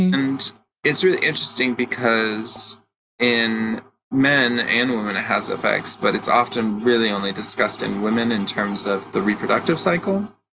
and it's really interesting because in men and women it has effects, but it's often really only discussed in women in terms of the reproductive cycle.